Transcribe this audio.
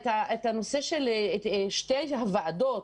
את הנושא של שתי הוועדות,